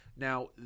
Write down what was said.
Now